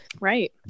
Right